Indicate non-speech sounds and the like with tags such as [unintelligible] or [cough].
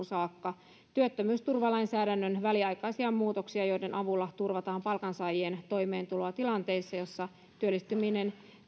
[unintelligible] saakka työttömyysturvalainsäädännön väliaikaisia muutoksia joiden avulla turvataan palkansaajien toimeentuloa tilanteissa joissa työllistyminen